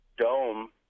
dome